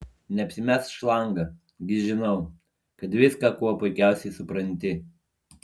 neapsimesk šlanga gi žinau kad viską kuo puikiausiai supranti